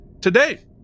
today